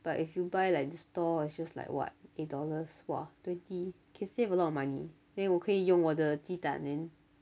but if you buy like the store is just like what eight dollars !wah! twenty can save a lot of money then 我可以用我的鸡蛋 then